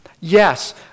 Yes